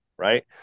right